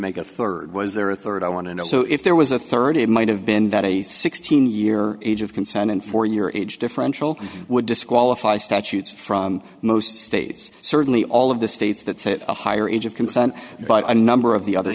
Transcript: make a third was or third i want to know so if there was a third it might have been that a sixteen year age of consent and for your age differential would disqualify statutes from most states certainly all of the states that a higher age of consent but a number of the other